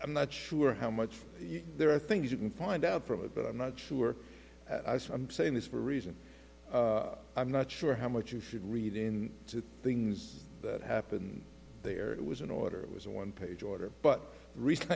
i'm not sure how much there are things you can find out from it but i'm not sure i'm saying this for reasons i'm not sure how much you should read in to things that happened there it was an order it was a one page order but re